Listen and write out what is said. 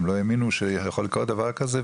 הם לא האמינו שיכול לקרות דבר כזה,